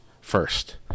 first